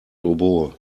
oboe